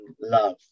love